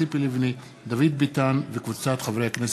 ציפי לבני ודוד ביטן וקבוצת חברי הכנסת.